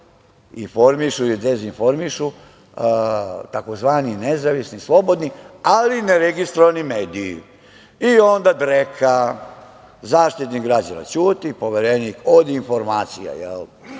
informišu ili dezinformišu tzv. nezavisni slobodni ali neregistrovani mediji. I onda dreka – Zaštitnik građana ćuti, Poverenik od informacija od